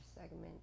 segment